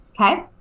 okay